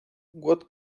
what